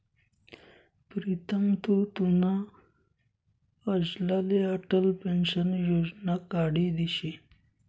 प्रीतम तु तुना आज्लाले अटल पेंशन योजना काढी दिशी